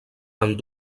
amb